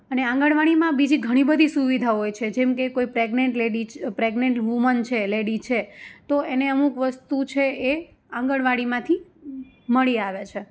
અને આંગણવાડીમાં બીજી ઘણીબધી સુવિધા હોય છે જેમકે કોઈ પ્રેગ્નેન્ટ લેડી છે પ્રેગ્નેટ વુમન છે લેડી છે તો એને અમુક વસ્તુ છે એ આંગણવાડીમાંથી મળી આવે છે